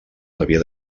havia